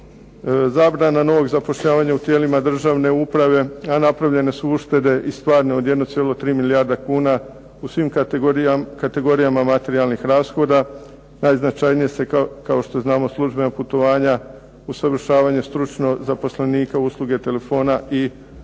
zabrana novog zapošljavanja u tijelima državne uprave, a napravljene su uštede i stvarne od 1,3 milijarde kuna u svim kategorijama materijalnih rashoda. Najznačajniji su, kao što znamo, službena putovanja, usavršavanje stručno zaposlenika, usluge telefona i ostalo.